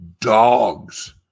dogs